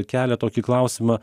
kelia tokį klausimą